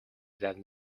that